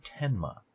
Tenma